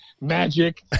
Magic